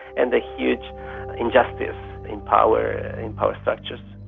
and the huge injustice in power, in power structures.